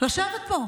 לשבת פה,